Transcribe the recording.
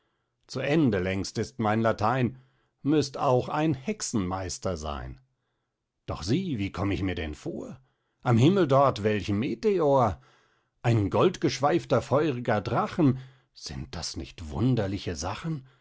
zu ende längst ist mein latein müst auch ein hexenmeister sein doch sieh wie komm ich mir denn vor am himmel dort welch meteor ein goldgeschweifter feurger drachen sind das nicht wunderliche sachen